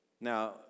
now